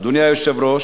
אדוני היושב-ראש,